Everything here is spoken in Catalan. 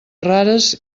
rares